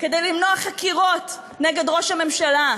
כדי למנוע חקירות נגד ראש הממשלה,